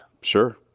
Sure